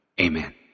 Amen